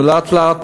לאט-לאט